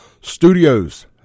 Studios